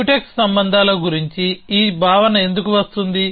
mutex సంబంధాల గురించి ఈ భావన ఎందుకు వస్తుంది